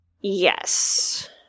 Yes